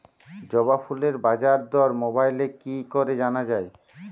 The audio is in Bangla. জবা ফুলের বাজার দর মোবাইলে কি করে জানা যায়?